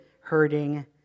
hurting